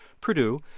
Purdue